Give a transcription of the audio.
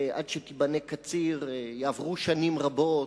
ועד שתיבנה קציר יעברו שנים רבות,